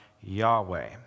Yahweh